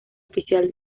oficial